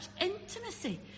intimacy